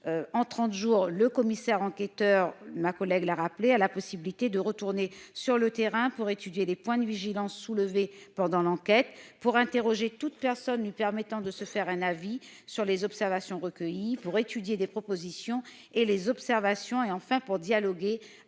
En trente jours, le commissaire enquêteur a la possibilité de retourner sur le terrain pour étudier des points de vigilance soulevés pendant l'enquête, pour interroger toute personne lui permettant de se faire un avis sur les observations recueillies, pour étudier des propositions et les observations, enfin, pour dialoguer